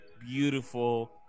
beautiful